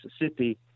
Mississippi